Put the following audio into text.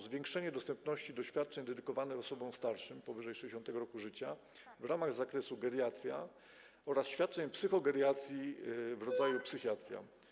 Zwiększenie dostępności do świadczeń dedykowanych osobom starszym powyżej 60. roku życia w ramach zakresu geriatria oraz świadczeń psychogeriatrii w rodzaju psychiatria.